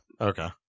okay